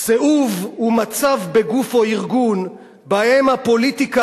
סיאוב הוא מצב בגוף או ארגון שבו הפוליטיקה